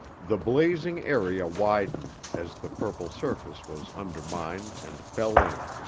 the blazing area widened, as the purple surface was undermined and fell in.